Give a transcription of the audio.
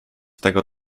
tego